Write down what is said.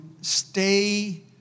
stay